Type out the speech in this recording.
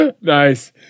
nice